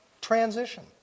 transition